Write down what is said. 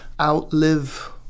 outlive